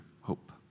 hope